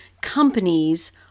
companies